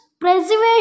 preservation